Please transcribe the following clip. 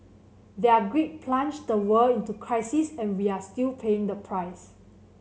their greed plunged the world into crisis and we are still paying the price